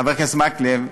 חבר הכנסת מקלב,